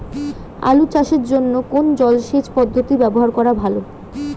আলু চাষের জন্য কোন জলসেচ পদ্ধতি ব্যবহার করা ভালো?